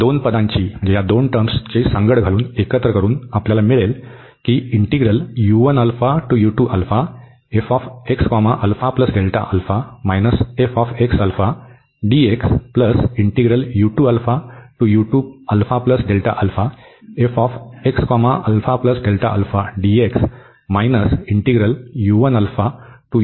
या दोन पदांची सांगड घालून आपल्याला मिळेल